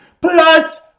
Plus